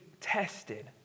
tested